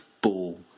ball